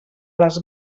les